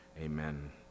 Amen